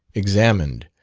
examined,